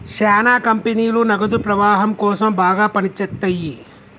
శ్యానా కంపెనీలు నగదు ప్రవాహం కోసం బాగా పని చేత్తయ్యి